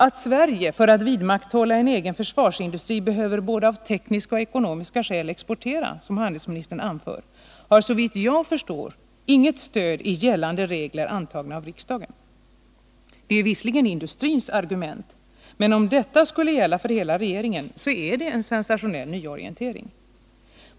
Att Sverige för att vidmakthålla en egen försvarsindustri behöver exportera av både tekniska och ekonomiska skäl, som handelsministern anför, har såvitt jag förstår inget stöd i gällande regler, antagna av riksdagen. Det är visserligen industrins argument, men om detta skulle gälla för hela regeringen är det en sensationell nyorientering.